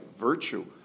virtue